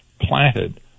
planted